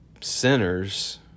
sinners